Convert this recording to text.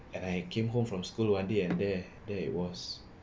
and I came home from school one day and there there it was